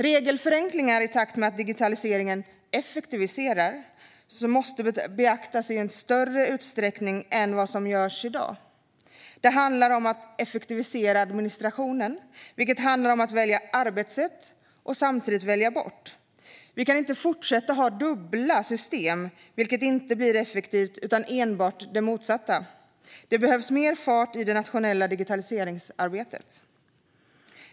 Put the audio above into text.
Regelförenklingar i takt med att digitaliseringen effektiviserar måste beaktas i större utsträckning än vad som görs i dag. Det handlar om att effektivisera administrationen, vilket handlar om att välja arbetssätt och samtidigt välja bort. Vi kan inte fortsätta att ha dubbla system, vilket inte blir effektivt utan enbart det motsatta. Det behövs mer fart i det nationella digitaliseringsarbetet.